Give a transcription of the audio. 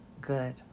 good